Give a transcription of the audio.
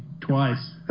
twice